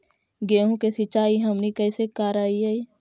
गेहूं के सिंचाई हमनि कैसे कारियय?